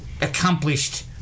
accomplished